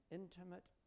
intimate